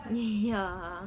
ya